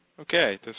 okay